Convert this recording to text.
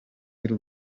y’u